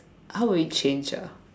how will it change ah